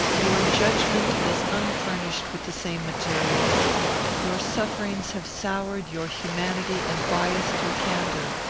your judgment is unfurnished with the same materials your sufferings have soured your humanity and biassed your candour.